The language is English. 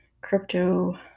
crypto